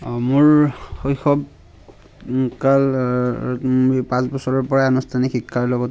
অঁ মোৰ শৈশৱ কাল পাঁচ বছৰৰ পৰাই আনুষ্ঠানিক শিক্ষাৰ লগত